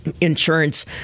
insurance